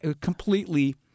completely